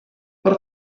per